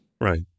Right